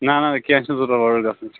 نَہ نَہ کیٚنٛہہ چھُنہٕ ضروٗرت اورٕ یور گژھنٕچ